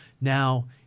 Now